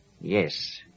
Yes